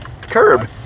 curb